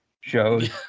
shows